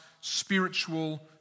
spiritual